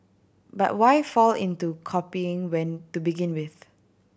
but why fall into copying when to begin with